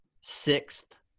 sixth